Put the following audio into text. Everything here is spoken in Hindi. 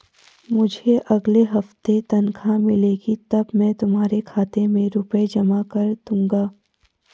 मुझे अगले हफ्ते तनख्वाह मिलेगी तब मैं तुम्हारे खाते में रुपए जमा कर दूंगा